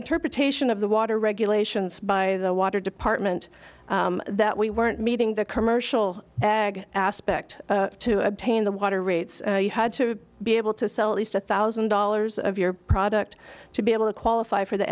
interpretation of the water regulations by the water department that we weren't meeting the commercial ag aspect to obtain the water rates you had to be able to sell at least a thousand dollars of your product to be able to qualify for the